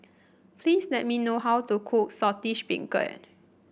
please let me how to cook Saltish Beancurd